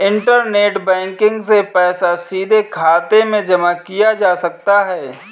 internet banking से पैसा सीधे खाते में जमा किया जा सकता है